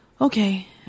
Okay